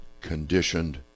conditioned